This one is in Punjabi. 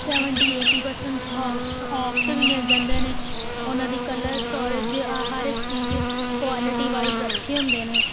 ਸੈਵਨਟੀ ਏਟੀ ਪਰਸੈਂਟ ਹੋ ਆਫ 'ਤੇ ਵੀ ਮਿਲ ਜਾਂਦੇ ਨੇ ਉਹਨਾਂ ਦੀ ਕਲਰ ਸਟੋਰੇਜ ਹਰ ਇੱਕ ਚੀਜ਼ ਕੁਆਲਿਟੀ ਵਾਈਜ਼ ਅੱਛੇ ਹੁੰਦੇ ਨੇ